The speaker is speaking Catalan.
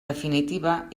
definitiva